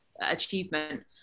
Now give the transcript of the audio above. achievement